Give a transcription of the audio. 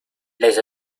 les